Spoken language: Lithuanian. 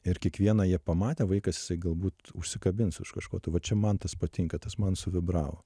ir kiekvieną jie pamatę vaikas jisai galbūt užsikabins už kažko tai va čia man tas patinka tas man suvibravo